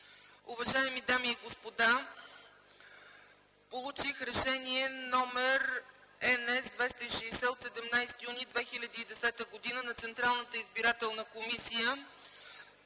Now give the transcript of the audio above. Уважаеми дами и господа, получих Решение № НС-260 от 17 юни 2010 г. на Централната избирателна комисия,